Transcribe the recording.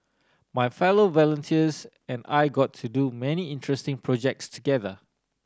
my fellow volunteers and I got to do many interesting projects together